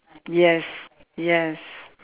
yes yes